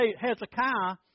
Hezekiah